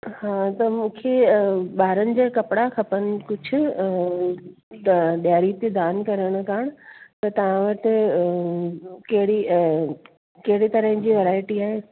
हा त मूंखे ॿारनि जे कपिड़ा खपनि कुझु ॾ ॾियारी ते दानु करण का त तव्हां वटि कहिड़ी कहिड़ी तरह जी वैरायटी आहे